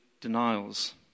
denials